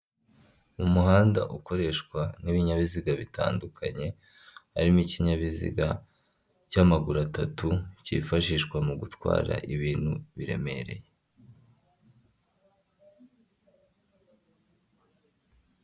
Umuhanda w'umukara harimo ibinyabiziga bitandukanye, harimo imodoka ifite ibara ry'umweru, indi modoka ifite ibara ry'ubururu n'umukara, yanditseho amagambo mu ibara ry'umutuku n'umweru, harimo kugenda amapikipiki ahetse abantu, asa umutuku n'umweru.